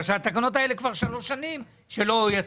בגלל שהתקנות האלה כבר שלוש שנים שלא יצאו.